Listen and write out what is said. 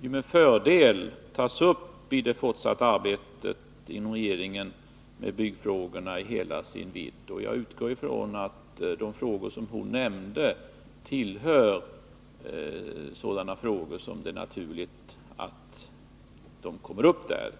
med fördel beaktas i det fortsatta arbetet inom regeringen med byggfrågorna i hela deras vidd, och jag utgår från att de frågor som hon nämnde kommer upp till behandling där.